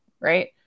Right